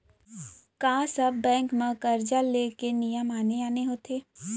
का सब बैंक म करजा ले के नियम आने आने होथे?